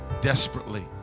desperately